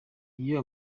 iyo